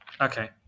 Okay